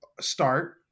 start